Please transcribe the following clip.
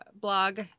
blog